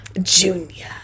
Junior